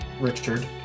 Richard